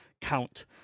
count